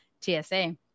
TSA